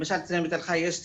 למשל אצלנו בתל חי יש סבסוד,